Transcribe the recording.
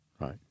Right